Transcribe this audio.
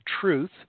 truth